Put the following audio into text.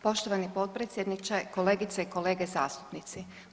Poštovani potpredsjedniče, kolegice i kolege zastupnici.